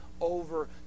over